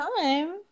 time